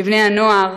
כבני-הנוער,